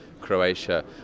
Croatia